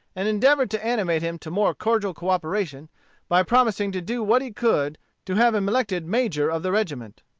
and endeavored to animate him to more cordial cooperation by promising to do what he could to have him elected major of the regiment.